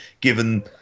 given